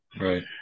Right